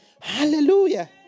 Hallelujah